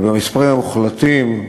אז במספרים המוחלטים,